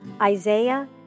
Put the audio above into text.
Isaiah